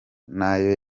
nayo